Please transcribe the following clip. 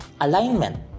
alignment